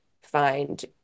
find